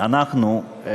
אנחנו,